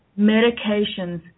medications